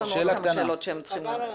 יש לנו עוד כמה שאלות שהם צריכים לענות,